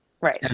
Right